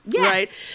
right